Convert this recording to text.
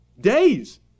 Days